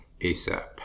ASAP